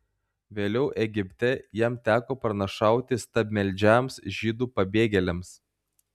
vėliau egipte jam teko pranašauti stabmeldžiams žydų pabėgėliams